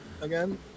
again